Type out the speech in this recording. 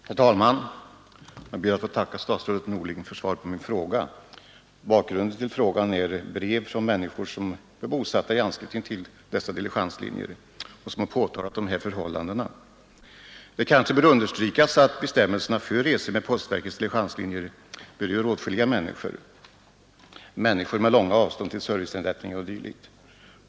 Herr talman! Jag ber att få tacka statsrådet Norling för svaret på min fråga. Bakgrunden till frågan är brev från människor som är bosatta i anslutning till diligenslinjer och som påtalat dessa förhållanden. Det bör kanske understrykas att bestämmelserna för resor med postverkets diligenslinjer berör många människor, människor med i regel långa avstånd till serviceinrättningar och liknande.